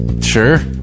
sure